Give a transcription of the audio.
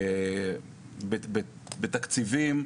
בתקציבים